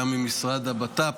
גם ממשרד הבט"פ,